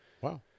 Wow